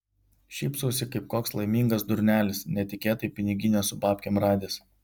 šypsausi kaip koks laimingas durnelis netikėtai piniginę su babkėm radęs